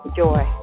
joy